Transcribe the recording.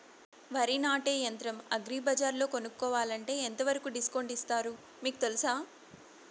వరి నాటే యంత్రం అగ్రి బజార్లో కొనుక్కోవాలంటే ఎంతవరకు డిస్కౌంట్ ఇస్తారు మీకు తెలుసా?